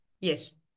Yes